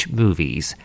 movies